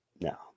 No